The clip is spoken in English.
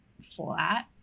flat